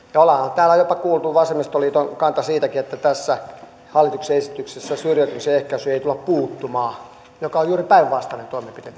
ollaanhan täällä jopa kuultu vasemmistoliiton kanta siitäkin että tässä hallituksen esityksessä syrjäytymisen ehkäisyyn ei tulla puuttumaan mutta tämä hallituksen esitys on juuri päinvastainen toimenpide